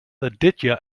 aditya